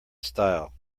style